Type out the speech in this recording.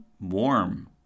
warm